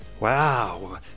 Wow